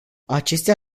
acestea